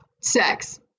sex